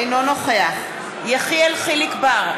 אינו נוכח יחיאל חיליק בר,